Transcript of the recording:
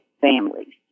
families